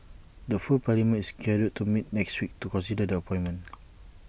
the full parliament is scheduled to meet next week to consider the appointment